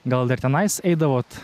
gal dar tenais eidavot